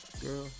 girl